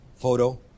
photo